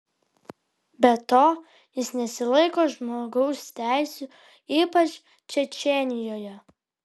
be to jis nesilaiko žmogaus teisių ypač čečėnijoje